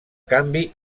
canvi